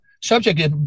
subject